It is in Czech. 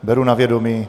Beru na vědomí.